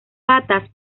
patas